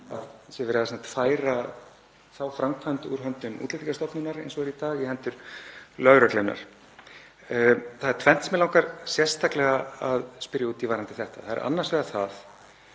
er verið að færa þá framkvæmd úr höndum Útlendingastofnunar eins og er í dag í hendur lögreglunnar. Það er tvennt sem mig langar sérstaklega að spyrja út í varðandi þetta. Það er annars vegar